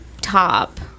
top